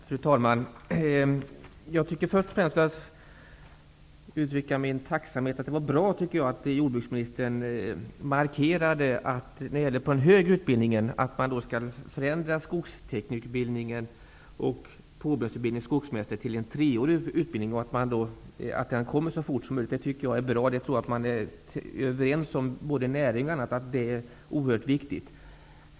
Fru talman! Jag vill först och främst uttrycka min tacksamhet. Det var bra att jordbruksministern markerade att man inom den högre utbildningen skall förändra skogsteknikerutbildningen och påbyggnadsutbildningen till skogsmästare till en treårig utbildning. Det är bra om det sker så fort som möjligt. Jag tror att man i båda näringarna är överens om att det är oerhört viktigt.